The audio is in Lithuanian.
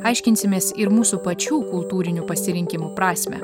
aiškinsimės ir mūsų pačių kultūrinių pasirinkimų prasmę